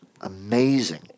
Amazing